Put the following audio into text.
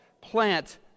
plant